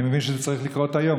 אני מבין שזה צריך לקרות היום.